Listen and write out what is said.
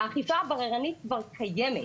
האכיפה הבררנית כבר קיימת.